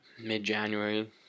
mid-January